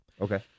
Okay